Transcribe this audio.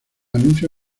anuncia